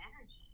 energy